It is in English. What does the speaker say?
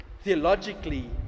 theologically